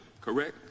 correct